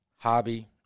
hobby